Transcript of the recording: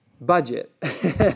budget